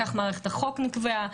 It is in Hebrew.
כך מערכת החוק נקבעה,